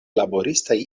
laboristaj